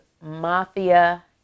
mafia